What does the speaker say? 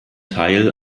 teil